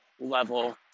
level